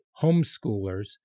homeschoolers